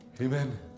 Amen